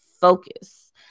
focus